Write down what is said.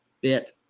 bit